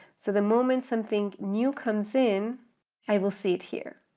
so the moment something new comes in i will see it here.